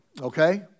Okay